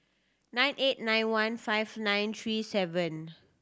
nine eight nine one five nine three seven